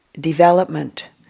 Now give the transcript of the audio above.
development